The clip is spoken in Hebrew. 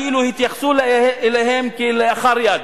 כאילו התייחסו אליהן כלאחר יד,